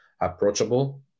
approachable